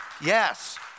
Yes